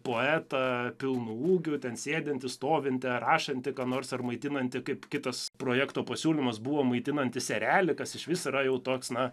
poetą pilnu ūgiu ten sėdintį stovintį ar rašantį ką nors ir maitinantį kaip kitas projekto pasiūlymas buvo maitinantys erelį kas išvis yra jau toks na